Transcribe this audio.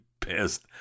pissed